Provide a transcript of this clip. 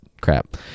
crap